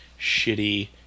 shitty